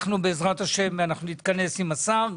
בעזרת השם, נתכנס עם השר,